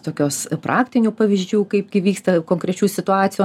tokios praktinių pavyzdžių kaip gi vyksta konkrečių situacijų